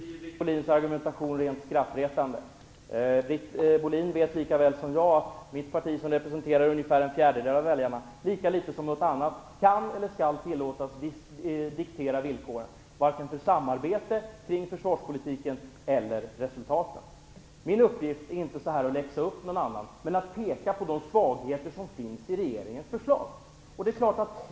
Fru talman! Nu blir Britt Bohlins argumentation rent skrattretande. Hon vet lika väl som jag att mitt parti, som representerar ungefär en fjärdedel av väljarna, lika litet som något annat kan eller skall tillåtas diktera villkoren vare sig för samarbete kring försvarspolitiken eller resultaten. Min uppgift är inte att stå här och läxa upp någon annan, utan att peka på de svagheter som finns i regeringens förslag.